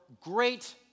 great